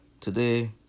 today